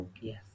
yes